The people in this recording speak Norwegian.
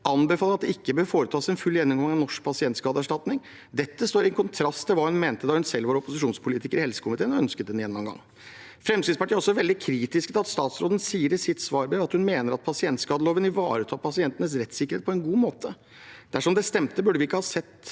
anbefaler at det ikke bør foretas en full gjennomgang av Norsk pasientskadeerstatning. Dette står i kontrast til hva hun mente da hun selv var opposisjonspolitiker i helsekomiteen og ønsket en gjennomgang. Fremskrittspartiet er også veldig kritisk til at statsråden skriver i sitt svarbrev at hun mener at pasientskadeloven ivaretar pasientenes rettssikkerhet på en god måte. Dersom det stemte, burde vi ikke ha sett